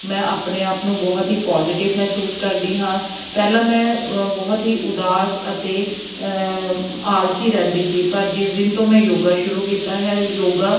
ਮੈਂ ਆਪਣੇ ਆਪ ਨੂੰ ਬਹੁਤ ਹੀ ਪੋਜ਼ੀਟਿਵ ਮਹਿਸੂਸ ਕਰਦੀ ਹਾਂ ਪਹਿਲਾਂ ਮੈਂ ਬਹੁਤ ਹੀ ਉਦਾਸ ਅਤੇ ਆਲਸੀ ਰਹਿੰਦੀ ਸੀ ਪਰ ਜਿਸ ਦਿਨ ਤੋਂ ਮੈਂ ਯੋਗਾ ਸ਼ੁਰੂ ਕੀਤਾ ਹੈ ਯੋਗਾ